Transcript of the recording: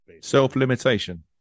self-limitation